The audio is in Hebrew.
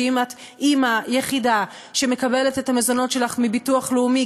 שאם את אימא יחידה שמקבלת את המזונות שלך מביטוח לאומי,